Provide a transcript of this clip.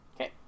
Okay